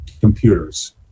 computers